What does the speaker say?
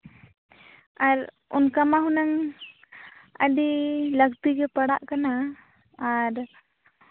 ᱟᱨ ᱚᱱᱠᱟ ᱢᱟ ᱦᱩᱱᱟᱹᱝ ᱟᱹᱰᱤ ᱞᱟᱹᱠᱛᱤ ᱜᱮ ᱯᱟᱲᱟᱜ ᱠᱟᱱᱟ ᱟᱨ